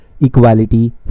equality